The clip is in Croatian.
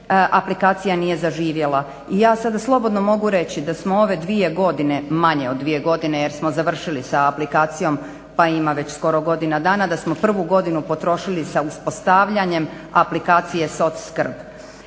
aplikacija nije zaživjela. I ja sada slobodno mogu reći da smo ove dvije godine, manje od dvije godine jer smo završili sa aplikacijom, pa ima već skoro godina dana da smo prvu godinu potrošili sa uspostavljanjem aplikacije soc skrb.